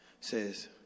says